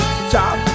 Top